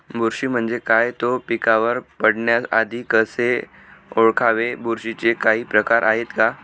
बुरशी म्हणजे काय? तो पिकावर पडण्याआधी कसे ओळखावे? बुरशीचे काही प्रकार आहेत का?